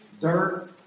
dirt